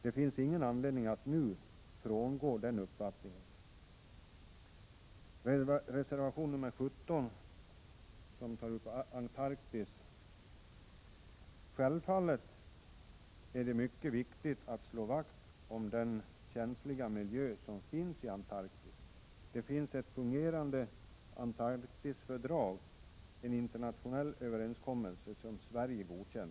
Det finns ingen anledning att nu frångå den uppfattningen. Reservation nr 17 tar upp Antarktis. Självfallet är det mycket viktigt att slå vakt om den känsliga miljö som finns i Antarktis. Det finns ett fungerande Antarktisfördrag — en internationell överenskommelse — som Sverige godkänt.